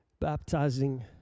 baptizing